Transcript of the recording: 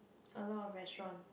a lot of restaurant